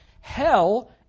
Hell